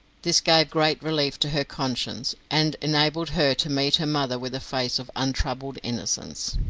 this gave great relief to her conscience, and enabled her to meet her mother with a face of untroubled innocence.